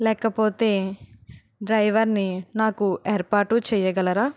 లేకపోతే డ్రైవర్ని నాకు ఏర్పాటు చేయగలరా